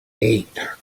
eight